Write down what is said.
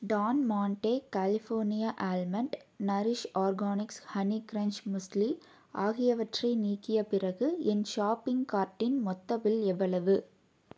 Don Monte California almond Nourish organics honey crunch muesli ஆகியவற்றை நீக்கிய பிறகு என் ஷாப்பிங் கார்ட்டின் மொத்த பில் எவ்வளவு